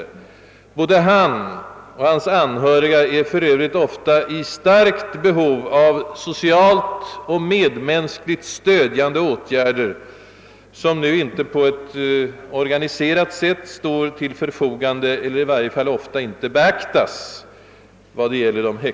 Både den häktade och hans anhöriga är för Övrigt ofta i starkt behov av socialt och medmänskligt stödjande åtgärder, som nu inte på ett organiserat sätt står till förfogande eller i varje fall ofta inte beaktas.